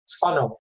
funnel